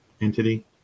entity